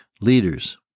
leaders